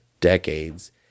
decades